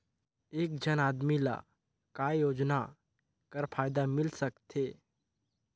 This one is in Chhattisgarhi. एक झन आदमी ला काय योजना कर फायदा मिल सकथे?